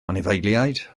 anifeiliaid